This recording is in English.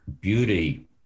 beauty